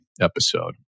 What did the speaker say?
episode